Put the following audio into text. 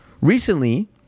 recently